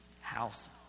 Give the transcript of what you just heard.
house